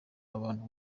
abantu